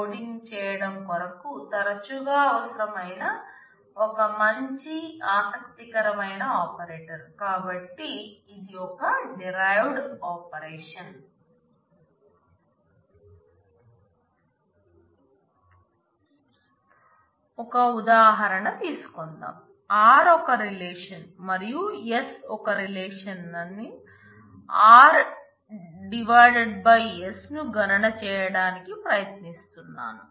ఒక ఉదాహరణ తీసుకుందాం r ఒక రిలేషన్ మరియు s ఒక రిలేషన్నేను r ÷ s ను గణన చేయడానికి ప్రయత్నిస్తున్నాను